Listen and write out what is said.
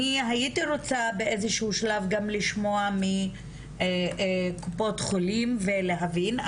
הייתי רצה באיזשהו שלב גם לשמוע מקופות חולים ולהבין.